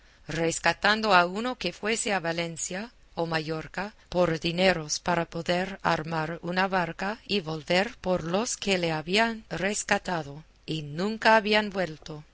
rescatando a uno que fuese a valencia o mallorca con dineros para poder armar una barca y volver por los que le habían rescatado y nunca habían vuelto